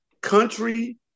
country